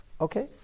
Okay